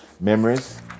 memories